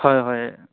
হয় হয়